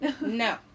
No